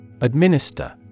Administer